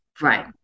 Right